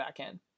backend